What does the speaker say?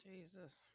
Jesus